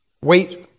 wait